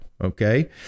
Okay